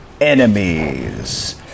enemies